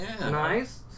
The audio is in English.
nice